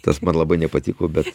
tas man labai nepatiko bet